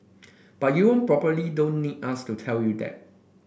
but you probably don't need us to tell you that